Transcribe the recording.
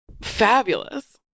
fabulous